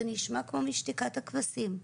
זה נשמע כמו משתיקת הכבשים,